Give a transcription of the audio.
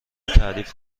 تعریف